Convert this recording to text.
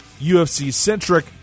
UFC-centric